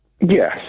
Yes